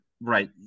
right